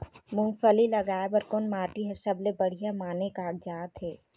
मूंगफली लगाय बर कोन माटी हर सबले बढ़िया माने कागजात हे?